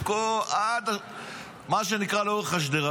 מה שנקרא לאורך השדרה,